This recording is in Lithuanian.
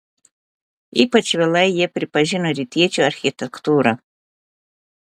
ypač vėlai jie pripažino rytiečių architektūrą